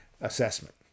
assessment